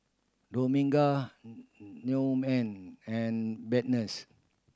Dominga Newman and Barnett